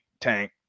tank